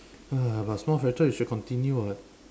ah but so much better you should continue [what]